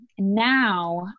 Now